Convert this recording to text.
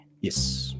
yes